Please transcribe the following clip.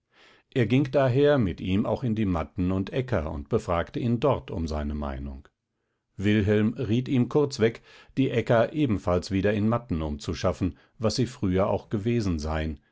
er ging daher mit ihm auch in die matten und äcker und befragte ihn dort um seine meinung wilhelm riet ihm kurzweg die äcker ebenfalls wieder in matten umzuschaffen was sie früher auch gewesen seien